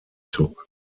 zurück